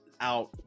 out